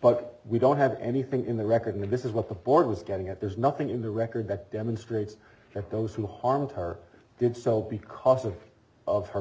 but we don't have anything in the recognize this is what the board was getting at there's nothing in the record that demonstrates that those who harmed her did so because of of her